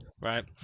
right